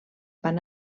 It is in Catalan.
van